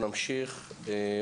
ד"ר